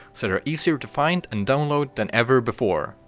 sort of easier to find and download than ever before!